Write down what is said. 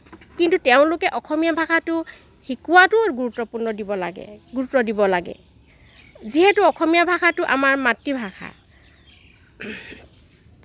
কিন্তু তেওঁলোকে অসমীয়া ভাষাটো শিকোৱাটোও গুৰুত্বপূৰ্ণ দিব লাগে গুৰুত্ব দিব লাগে যিহেতু অসমীয়া ভাষাটো আমাৰ মাতৃভাষা